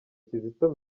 kizito